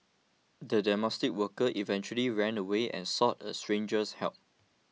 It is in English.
the domestic worker eventually ran away and sought a stranger's help